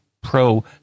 Pro